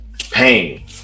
Pain